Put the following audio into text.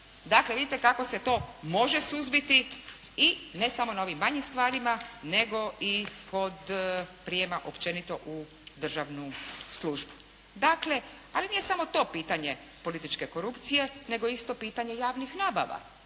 Dakle vidite kako se to može suzbiti i ne samo na ovim manjim stvarima nego i kod prijema općenito u državnu službu. Dakle, ali nije samo to pitanje političke korupcije nego isto pitanje javnih nabava.